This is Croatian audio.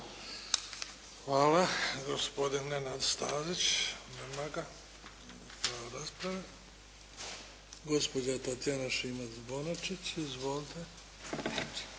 Hvala. Gospodin Nenad Stazić. Nema ga. Gubi pravo rasprave. Gospođa Tatjana Šimac-Bonačić. Izvolite. **Šimac